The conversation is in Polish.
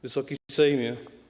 Wysoki Sejmie!